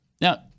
Now